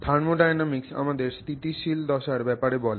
thermodynamics আমাদের স্থিতিশীল দশার ব্যাপারে বলে